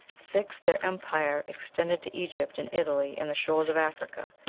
six. their empire extended to egypt and italy and the shores of africa,